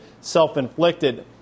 self-inflicted